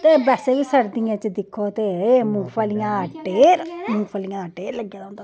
ते बेसे बी सर्दियें च दिक्खो ते ढेर मुंगफलियां ढेर लग्गे दा होंदा